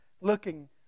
looking